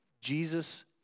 Jesus